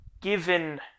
given